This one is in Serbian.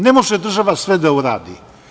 Ne može država sve da uradi.